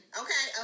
okay